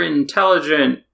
intelligent